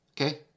Okay